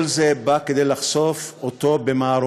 כל זה בא כדי לחשוף אותו במערומיו,